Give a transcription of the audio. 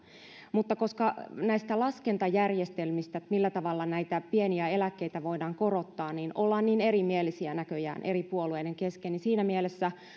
mutta koska näistä laskentajärjestelmistä millä tavalla näitä pieniä eläkkeitä voidaan korottaa ollaan niin erimielisiä näköjään eri puolueiden kesken niin siinä mielessä